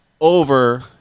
over